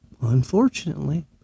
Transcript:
unfortunately